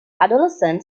adolescent